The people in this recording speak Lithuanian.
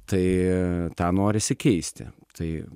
tai tą norisi keisti tai